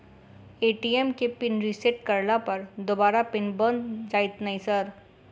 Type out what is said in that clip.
ATM केँ pin reset करला पर दोबारा पिन बन जाइत नै सर?